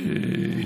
מועד ג'.